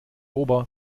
ober